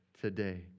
today